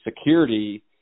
security